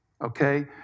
Okay